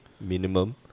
minimum